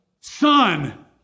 Son